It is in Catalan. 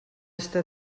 està